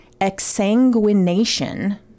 exsanguination